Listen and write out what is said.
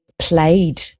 played